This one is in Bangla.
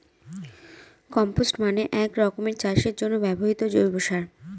কম্পস্ট মানে এক রকমের চাষের জন্য ব্যবহৃত জৈব সার